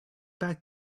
back